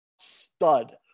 stud